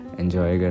enjoy